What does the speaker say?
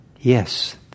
Yes